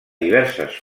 diverses